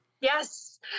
Yes